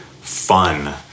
fun